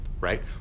right